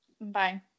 Bye